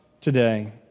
today